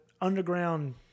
underground